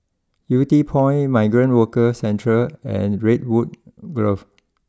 Yew Tee Point Migrant Workers Centre and Redwood Grove